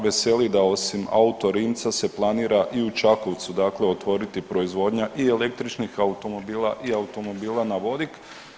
Veseli da osim Auto Rimca se planira i u Čakovcu otvoriti proizvodnja i električnih automobila i automobila na vodik.